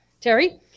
Terry